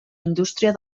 indústria